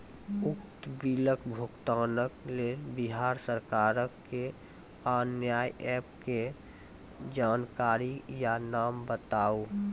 उक्त बिलक भुगतानक लेल बिहार सरकारक आअन्य एप के जानकारी या नाम बताऊ?